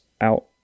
Out